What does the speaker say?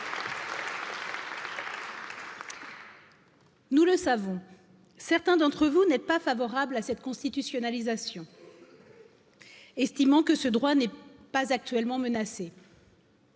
Nous le savons, certains d'entre vous n'ont pas favorables à cette constitutionnalisation. Estimant que ce droit n'est pas actuellement menacé